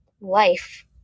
life